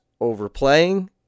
overplaying